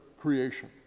creation